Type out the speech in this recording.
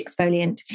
exfoliant